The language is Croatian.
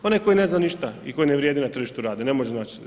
Onaj koji ne zna ništa i koji ne vrijedi na tržištu rada i ne može naći